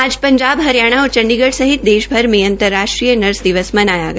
आज जाब हरियाणा और चंडीगढ़ सहित देशभर में अंतर र्राष्ट्रीय नर्स दिवस मनाया गया